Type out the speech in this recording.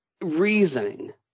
reasoning